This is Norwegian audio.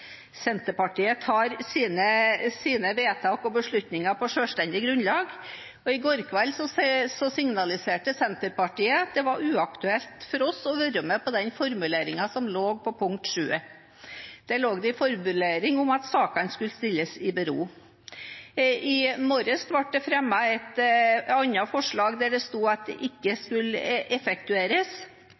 Senterpartiet gjør sine vedtak og beslutninger på selvstendig grunnlag. I går kveld signaliserte Senterpartiet at det var uaktuelt for oss å være med på den formuleringen som lå i forslag nr. 7. Der lå det en formulering om at sakene skulle stilles i bero. I morges ble det fremmet et annet forslag der det sto at det ikke skulle effektueres.